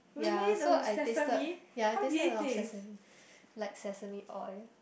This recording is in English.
ya so I tasted ya I tasted a lot of sesame like sesame oil